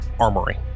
armory